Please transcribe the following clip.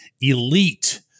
elite